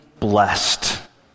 blessed